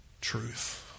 truth